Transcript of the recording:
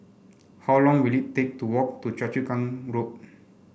how long will it take to walk to Choa Chu Kang Road